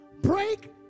Break